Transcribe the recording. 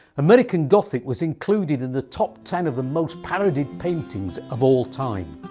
american gothic was included in the top ten of the most parodied paintings of all time.